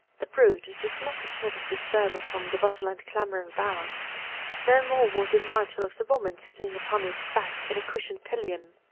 the brute did not admit of disturbance from the bustle and clamor about no more was it mindful of the woman sitting upon its back in a cushioned pillion.